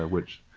ah which,